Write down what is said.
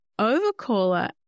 overcaller